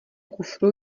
kufru